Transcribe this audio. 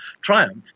triumph